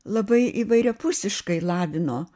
labai įvairiapusiškai lavino